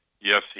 yes